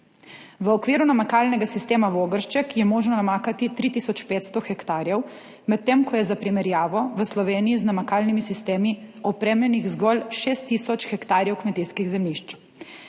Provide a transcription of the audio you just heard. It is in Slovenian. V okviru namakalnega sistema Vogršček je možno namakati 3 tisoč 500 hektarjev, medtem ko je za primerjavo v Sloveniji z namakalnimi sistemi opremljenih zgolj 6 tisoč hektarjev kmetijskih zemljišč.